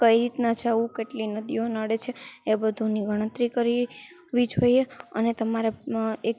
કઈ રીતના જવું કેટલી નદીઓ નડે છે એ બધાની ગણતરી કરી વી જોઈએ અને તમારે એ